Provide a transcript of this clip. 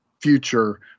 future